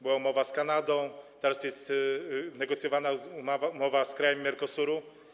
Była umowa z Kanadą, teraz jest negocjowana nowa umowa z krajami Mercosuru.